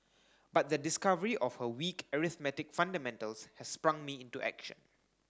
but the discovery of her weak arithmetic fundamentals has sprung me into action